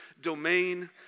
domain